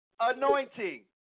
anointing